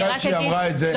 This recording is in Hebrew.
עכשיו כשהיא אמרה את זה,